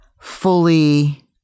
fully